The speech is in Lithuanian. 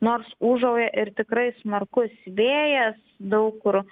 nors ūžauja ir tikrai smarkus vėjas daug kur